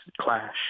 clash